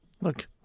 Look